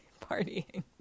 partying